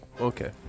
Okay